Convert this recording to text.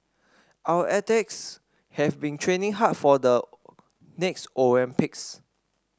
our athletes have been training hard for the next Olympics